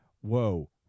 whoa